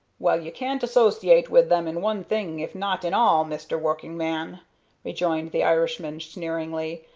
well, you can't associate with them in one thing if not in all, mr. workingman, rejoined the irishman, sneeringly,